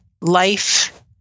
Life